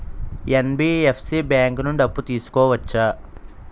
NBFC bank నుండి అప్పు తీసుకోవచ్చా?